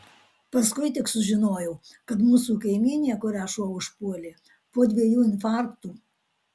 paskui tik sužinojau kad mūsų kaimynė kurią šuo užpuolė po dviejų infarktų